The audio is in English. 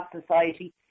society